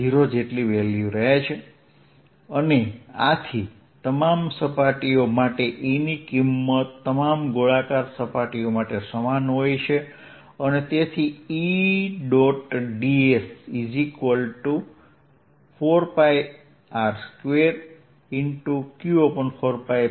ds4πr2q4π01r2q0 અને આથી તમામ સપાટીઓ માટે E ની કિંમત તમામ ગોળાકાર સપાટીઓ માટે સમાન હોય છે અને તેથી E